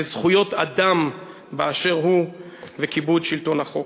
לזכויות אדם באשר הוא וכיבוד שלטון החוק.